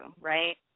right